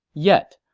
yet,